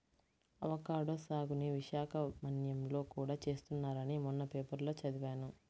avocado సాగుని విశాఖ మన్యంలో కూడా చేస్తున్నారని మొన్న పేపర్లో చదివాను